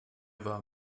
war